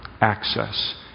Access